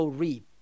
reap